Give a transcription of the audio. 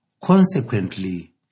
Consequently